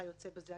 וכיוצא בזה.